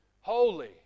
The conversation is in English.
holy